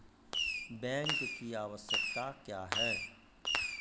Bank की आवश्यकता क्या हैं?